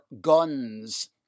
guns